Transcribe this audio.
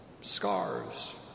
scars